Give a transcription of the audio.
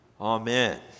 Amen